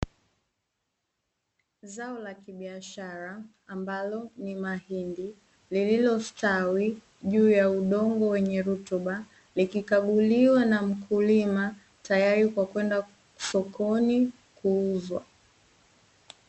Zao la kibiashara ambalo ni mahindi, lililostawi juu ya udongo wenye rutuba, likikaguliwa na mkulima tayari kwa kwenda sokoni kuuzwa.